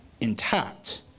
intact